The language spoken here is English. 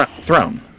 throne